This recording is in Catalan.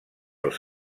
els